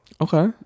Okay